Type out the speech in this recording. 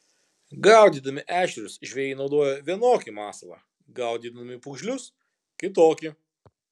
gaudydami ešerius žvejai naudoja vienokį masalą gaudydami pūgžlius kitokį